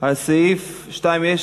לאחר סעיף 2 יש